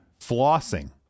Flossing